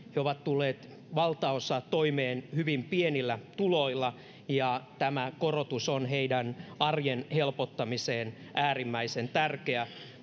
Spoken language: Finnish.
he ovat tulleet valtaosa toimeen hyvin pienillä tuloilla ja tämä korotus on heidän arkensa helpottamiseen äärimmäisen tärkeä